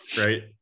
right